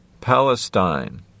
Palestine